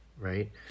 right